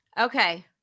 Okay